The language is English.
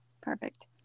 perfect